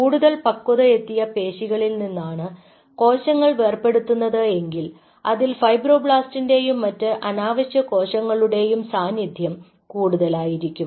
കൂടുതൽ പക്വത എത്തിയ പേശികളിൽ നിന്നാണ് കോശങ്ങൾ വേർപ്പെടുത്തുന്നത് എങ്കിൽ അതിൽ ഫൈബ്രോബ്ലാസ്റ്റിന്റെയും മറ്റ് അനാവശ്യ കോശങ്ങളുടെയും സാന്നിധ്യം കൂടുതലായിരിക്കും